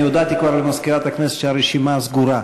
אני הודעתי כבר למזכירת הכנסת שהרשימה סגורה.